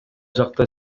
жакта